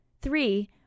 Three